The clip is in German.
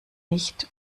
nicht